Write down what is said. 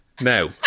Now